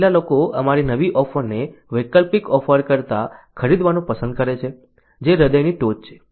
કેટલા લોકો અમારી નવી ઓફરને વૈકલ્પિક ઓફર કરતા ખરીદવાનું પસંદ કરે છે જે હૃદયની ટોચ છે